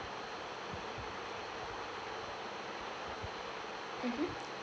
mmhmm